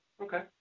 Okay